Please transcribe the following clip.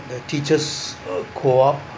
the teachers uh co-op